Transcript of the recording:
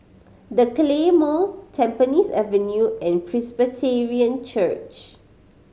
The Claymore Tampines Avenue and Presbyterian Church